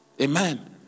Amen